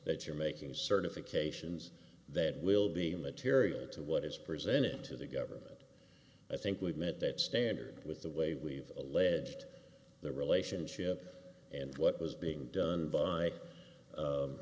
that you're making certifications that will be material to what is presented to the government i think we've met that standard with the way we've alleged the relationship and what was being done by